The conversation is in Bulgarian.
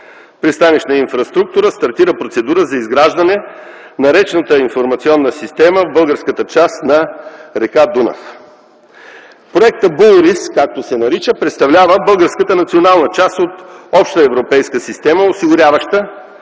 „Пристанищна инфраструктура”, стартира процедура за изграждане на речната информационна система в българската част на р. Дунав. Проектът „Булрис” както се нарича, представлява българската национална част от обща европейска система, осигуряваща